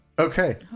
okay